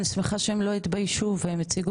אני שמחה שהם לא התביישו והם הציגו